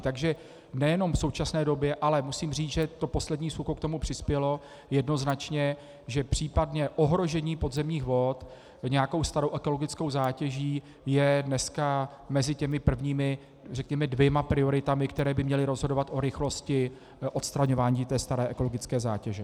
Takže nejenom v současné době, ale musím říct, že to poslední sucho k tomu přispělo jednoznačně, že případně ohrožení podzemních vod nějakou starou ekologickou zátěží je dneska mezi těmi prvními dvěma prioritami, které by měly rozhodovat o rychlosti odstraňování staré ekologické zátěže.